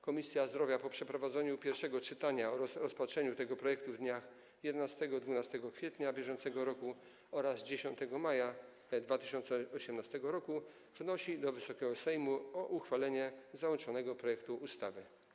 Komisja Zdrowia po przeprowadzeniu pierwszego czytania oraz rozpatrzeniu tego projektu w dniach 11 i 12 kwietnia br. oraz 10 maja 2018 r. wnosi do Wysokiego Sejmu o uchwalenie załączonego projektu ustawy.